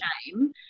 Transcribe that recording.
shame